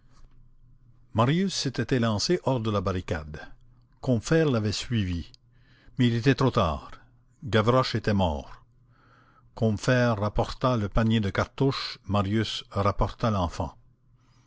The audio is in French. marius s'était élancé hors de la barricade combeferre l'avait suivi mais il était trop tard gavroche était mort combeferre rapporta le panier de cartouches marius rapporta l'enfant